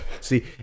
See